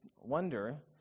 wonder